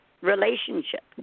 relationship